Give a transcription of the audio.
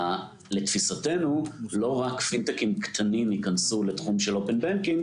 לדעתנו לא פינטקים קטנים ייכנסו לתחום של אופן בנקינג